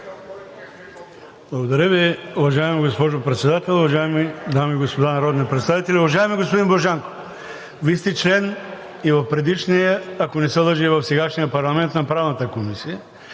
Благодаря Ви, уважаема госпожо Председател. Уважаеми дами и господа народни представители! Уважаеми господин Божанков, Вие сте член и в предишния, ако не се лъжа, и в сегашния парламент на Правната комисия.